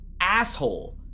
asshole